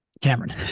Cameron